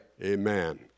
Amen